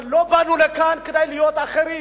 אבל לא באנו לכאן כדי להיות אחרים,